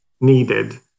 needed